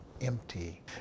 empty